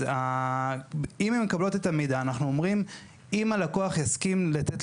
אז אם הן מקבלות את המידע אנחנו אומרים אם הלקוח יסכים לתת